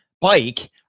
bike